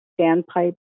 standpipe